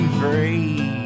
free